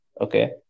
Okay